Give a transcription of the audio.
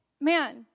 man